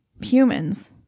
humans